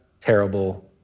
terrible